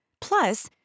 Plus